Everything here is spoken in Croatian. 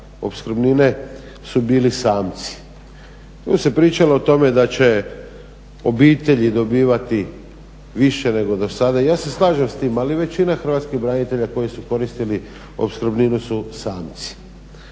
opskrbnine su bili samci. Tu se pričalo o tome da će obitelji dobivati više nego dosada. Ja se slažem s tim, ali većina hrvatskih branitelja koji su koristili opskrbninu su samci.